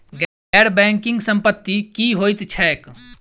गैर बैंकिंग संपति की होइत छैक?